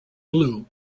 blue